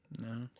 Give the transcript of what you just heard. No